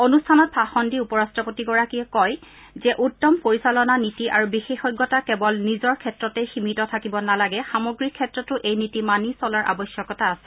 অনুষ্ঠানত ভাষণ দি উপ ৰাট্টপতিগৰাকীয়ে কয় যে উত্তম পৰিচালনা নীতি আৰু বিশেষজতা কেৱল নিজৰ ক্ষেত্ৰতেই সীমিত থাকিব নালাগে সামগ্ৰিক ক্ষেত্ৰতো এই নীতি মানি চলাৰ আৱশ্যকতা আছে